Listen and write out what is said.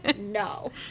no